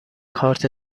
کارت